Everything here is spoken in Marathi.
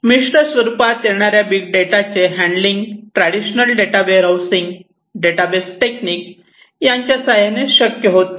मिश्र स्वरूपात येणाऱ्या बिग डेटाचे handling traditional data warehousing database technique यांच्या साह्याने शक्य होत नाही